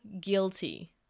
guilty